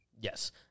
Yes